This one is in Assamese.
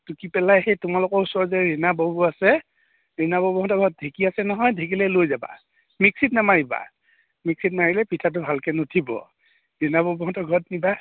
টুকি পেলাই সেই তোমালোকৰ ওচৰত যে ৰীণা ববৌ আছে ৰীণা ববৌহঁতৰ ঢেঁকী আছে নহয় ঢেঁকীলে লৈ যাবা মিক্সিত নামাৰিবা মিক্সিত মাৰিলে পিঠাটো ভালকৈ নুঠিব ৰীণা ববৌহঁতৰ ঘৰত নিবা